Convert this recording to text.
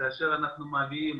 כאשר אנחנו מביאים